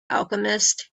alchemist